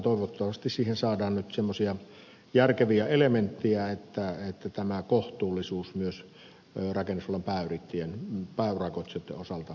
toivottavasti siihen saadaan nyt semmoisia järkeviä elementtejä että kohtuullisuus myös rakennusalan pääurakoitsijoitten osalta säilyy